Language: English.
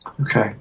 okay